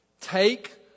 take